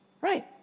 right